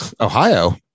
Ohio